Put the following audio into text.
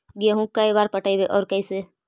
गेहूं के बार पटैबए और कैसे?